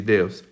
Deus